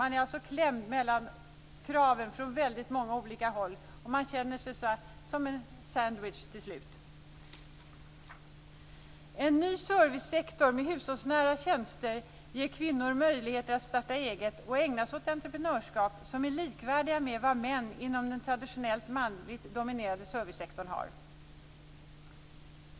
Man är klämd mellan kraven från väldigt många olika håll, och man känner sig som en sandwich till slut. En ny servicesektor med hushållsnära tjänster ger kvinnor möjligheter att starta eget och ägna sig åt entreprenörskap som är likvärdigt med vad män inom den traditionellt manligt dominerade servicesektorn har.